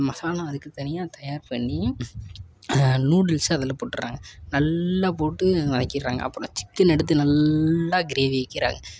மசாலா அதுக்குன்னு தனியாக தயார் பண்ணி நூடுல்ஸை அதில் போட்டுடுறாங்க நல்லா போட்டு வதக்கிடுறாங்க அப்புறம் சிக்கன் எடுத்து நல்லா க்ரேவி ஆக்கிடுறாங்க